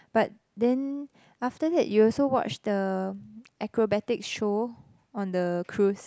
but then after that you also watch the acrobatic show on the cruise